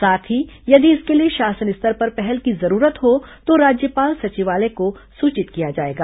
साथ ही यदि इसके लिए शासन स्तर पर पहल की जरूरत हो तो राज्यपाल सचिवालय को सूचित किया जाएगा